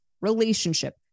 relationship